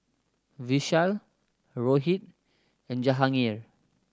Vishal Rohit and Jahangir